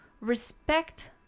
respect